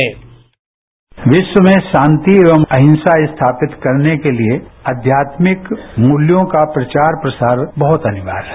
sound bite विश्व में शांति एवं अहिंसा स्थापित करने के लिए आध्यात्मिक मुल्यों का प्रचार प्रसार बहत अनिवार्य है